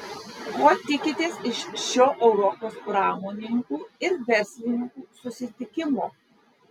ko tikitės iš šio europos pramonininkų ir verslininkų susitikimo